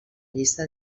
llista